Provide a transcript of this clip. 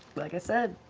like i said,